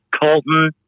Colton